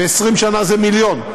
ב-20 שנה זה מיליון.